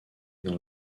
dans